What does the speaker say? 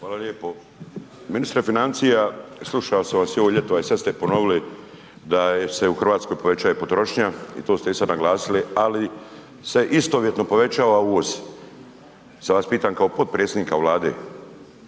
Hvala lijepo. Ministre financija, slušao sam vas i ovo ljeto a i sad ste ponovili da se u Hrvatskoj povećava potrošnja i to ste i sada naglasili ali se istovjetno povećava uvoz. Sada vas pitam kao potpredsjednika Vlade,